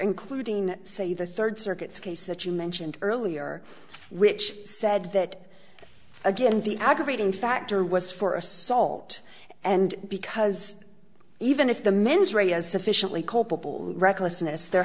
including say the third circuit's case that you mentioned earlier which said that again the aggravating factor was for assault and because even if the mens rea is sufficiently culpable the recklessness there